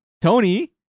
Tony